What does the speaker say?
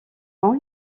ans